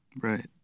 Right